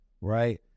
right